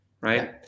right